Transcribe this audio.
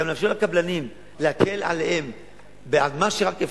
וגם לאפשר לקבלנים, להקל עליהם במה שרק אפשר,